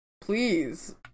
please